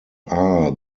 are